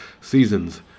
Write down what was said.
seasons